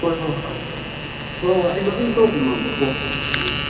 ꯍꯣꯏ ꯍꯣꯏ ꯍꯣꯏ ꯍꯣꯏ ꯍꯣꯏ ꯍꯣꯏ ꯑꯩꯁꯨ ꯑꯗꯨꯝ ꯇꯧꯔꯛꯀꯦ ꯃꯔꯛ ꯃꯔꯛ ꯀꯣꯜ ꯎꯝ